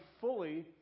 fully